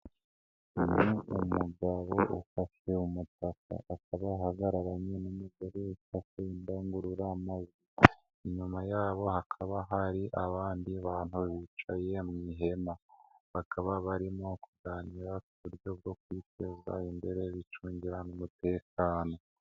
Ni umugabo ufashe umutaka akaba ahagararanye n'umugore ufashe indangurura, inyuma yabo hakaba hari abandi bantu bicaye mu ihema bakaba barimo kuganira ku buryo bwo kwiteza imbere bicungira n'umutekano.